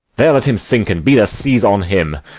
there let him sink, and be the seas on him!